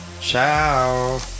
Ciao